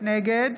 נגד